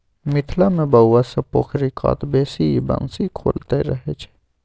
मिथिला मे बौआ सब पोखरि कात बैसि बंसी खेलाइत रहय छै